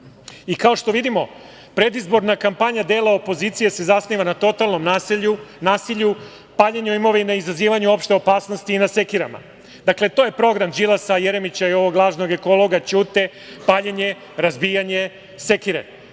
što vidimo, predizborna kampanja dela opozicije se zasniva na totalnom nasilju, paljenju imovine, izazivanju opšte opasnosti i na sekirama. Dakle, to je program Đilasa, Jeremića i ovog lažnog ekologa Ćute – paljenje, razbijanje, sekire.U